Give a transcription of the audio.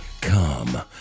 Come